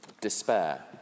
despair